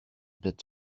bit